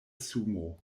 sumo